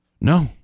No